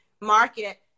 market